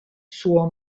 suo